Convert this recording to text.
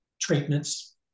treatments